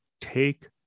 take